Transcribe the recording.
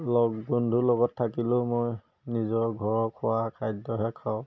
লগ বন্ধুৰ লগত থাকিলেও মই নিজৰ ঘৰৰ খোৱা খাদ্যহে খাওঁ